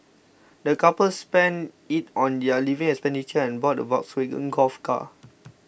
the couple spent it on their living expenditure and bought a Volkswagen Golf car